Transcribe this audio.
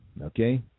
okay